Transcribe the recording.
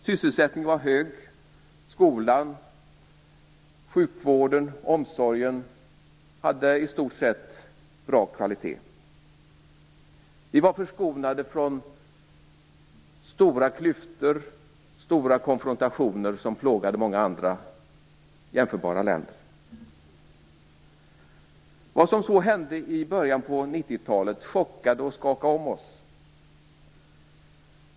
Sysselsättningen var hög, skolan, sjukvården och omsorgen hade i stort sett bra kvalitet. Vi var förskonade från de stora klyftor och stora konfrontationer som plågade många andra jämförbara länder. Det som sedan hände i början av 90-talet chockade och skakade om oss.